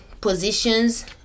positions